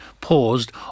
paused